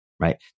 right